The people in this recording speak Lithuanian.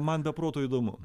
man be proto įdomu